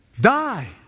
Die